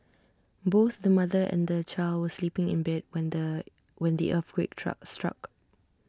both the mother and the child were sleeping in bed when the when the earthquake struck